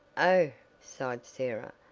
oh! sighed sarah.